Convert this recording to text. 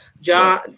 John